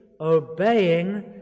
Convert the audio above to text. obeying